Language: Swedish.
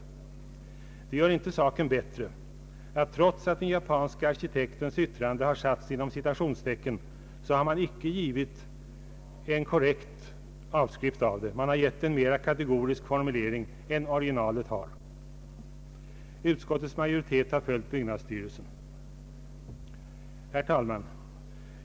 Saken blir inte bättre av att man trots att den japanske arkitektens yttrande satts inom citationstecken inte givit en korrekt avskrift av det. Man har givit en mera kategorisk formulering än vad originalet har. Utskottets majoritet har följt byggnadsstyrelsen. Herr talman!